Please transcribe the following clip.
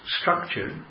structured